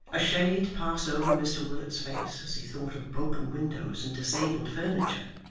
a shade passed over mr willet's face as he thought of broken windows and disabled furniture,